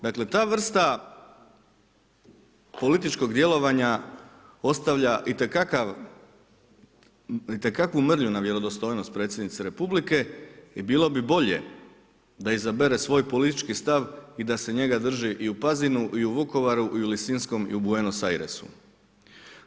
Dakle ta vrsta političkog djelovanja ostavlja itekakvu mrlju na vjerodostojnost predsjednice Republike i bilo bi bolje da izabere svoj politički stav i da se njega drži i u Pazinu i u Vukovaru i u Lisinskom i u Buenos Airesu.